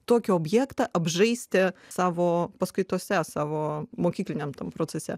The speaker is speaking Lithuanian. tokį objektą apžaisti savo paskaitose savo mokykliniam procese